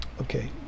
Okay